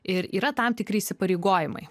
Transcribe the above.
ir yra tam tikri įsipareigojimai